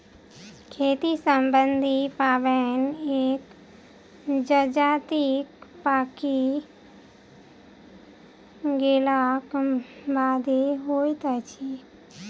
खेती सम्बन्धी पाबैन एक जजातिक पाकि गेलाक बादे होइत अछि